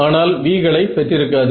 ஆனால் v களை பெற்றிருக்காது